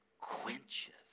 quenches